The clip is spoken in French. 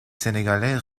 sénégalais